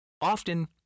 often